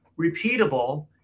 repeatable